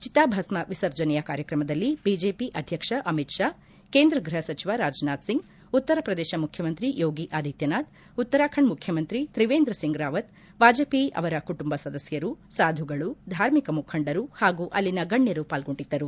ಚಿತಾಭಸ್ಮ ವಿಸರ್ಜನೆಯ ಕಾರ್ಯಕ್ರಮದಲ್ಲಿ ಬಿಜೆಪಿ ಅಧ್ಯಕ್ಷ ಅಮಿತ್ ಶಾ ಕೇಂದ್ರ ಗೃಪ ಸಚಿವ ರಾಜನಾಥ್ ಸಿಂಗ್ ಉತ್ತರಪ್ರದೇಶ ಮುಖ್ಯಮಂತ್ರಿ ಯೋಗಿ ಆದಿತ್ತನಾಥ್ ಉತ್ತರಾಖಂಡ್ ಮುಖ್ಯಮಂತ್ರಿ ತ್ರಿವೇಂದ್ರಸಿಂಗ್ ರಾವತ್ ವಾಜಪೇಯಿ ಅವರ ಕುಟುಂಬ ಸದಸ್ಕರು ಸಾಧುಗಳು ಧಾರ್ಮಿಕ ಮುಖಂಡರು ಹಾಗೂ ಅಲ್ಲಿನ ಗಣ್ಹರು ಪಾಲ್ಗೊಂಡಿದ್ದರು